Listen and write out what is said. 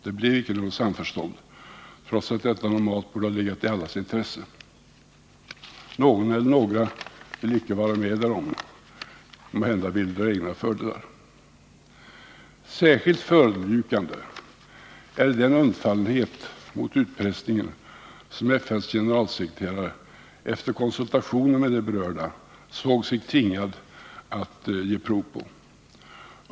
Det blev icke något samförstånd, trots att detta normalt borde ha legat i allas intresse. Någon eller några vill icke vara med därom — måhända vill de dra egna fördelar av situationen. Särskilt förödmjukande är den undfallenhet mot utpressningen som FN:s generalsekreterare efter konsultationer med de berörda såg sig tvingad att ge prov på.